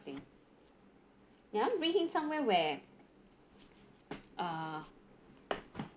I think I want to bring him somewhere where uh